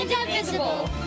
indivisible